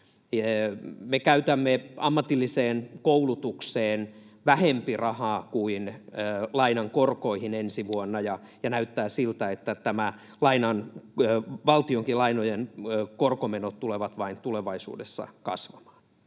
Me käytämme ammatilliseen koulutukseen vähempi rahaa kuin lainan korkoihin ensi vuonna, ja näyttää siltä, että valtionkin lainojen korkomenot tulevat tulevaisuudessa vain kasvamaan.